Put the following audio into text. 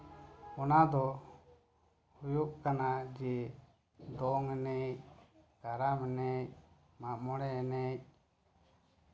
ᱚᱱᱟᱫᱚ ᱦᱩᱭᱩᱜ ᱠᱟᱱᱟ ᱡᱮ ᱫᱚᱝ ᱮᱱᱮᱡ ᱠᱟᱨᱟᱢ ᱮᱱᱮᱡ ᱢᱜ ᱢᱚᱬᱮ ᱮᱱᱮᱡ